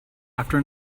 after